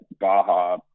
Baja